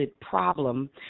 problem